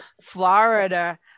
Florida